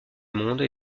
monde